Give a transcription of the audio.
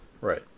right